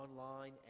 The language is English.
online